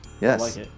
Yes